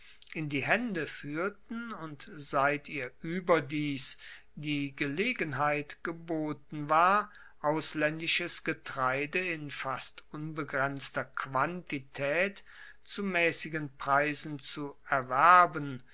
in die haende fuehrten und seit ihr ueberdies die gelegenheit geboten war auslaendisches getreide in fast unbegrenzter quantitaet zu maessigen preisen zu erwerben